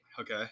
Okay